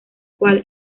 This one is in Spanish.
cual